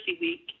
Week